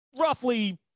roughly